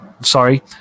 sorry